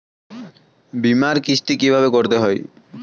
বিমার কিস্তি কিভাবে করতে হয়?